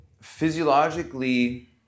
physiologically